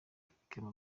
gatulika